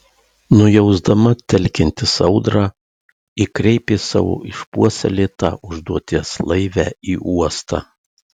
nujausdama telkiantis audrą ji kreipė savo išpuoselėtą užduoties laivę į uostą